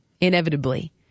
inevitably